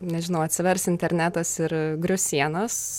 nežinau atsivers internetas ir grius sienos